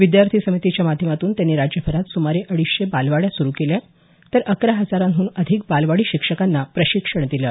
विद्यार्थी समितीच्या माध्यमातून त्यांनी राज्यभरात सुमारे अडीचशे बालवाड्या सुरु केल्या तर अकरा हजारहून अधिक बालवाडी शिक्षकांना प्रशिक्षण दिलं